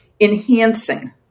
enhancing